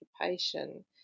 occupation